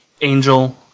angel